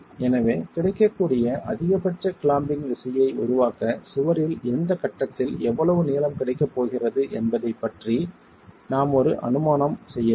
எனவே கிடைக்கக்கூடிய அதிகபட்ச கிளாம்பிங் விசையை உருவாக்க சுவரில் எந்தக் கட்டத்தில் எவ்வளவு நீளம் கிடைக்கப் போகிறது என்பதைப் பற்றி நாம் ஒரு அனுமானம் செய்ய வேண்டும்